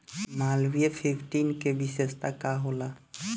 Malviya fifteen के विशेषता का होला?